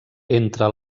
entre